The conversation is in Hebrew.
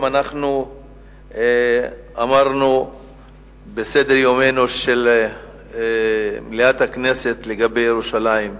אמרנו היום במליאת הכנסת לגבי ירושלים.